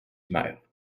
humeur